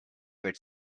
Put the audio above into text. avec